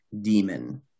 demon